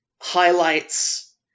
highlights